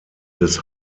des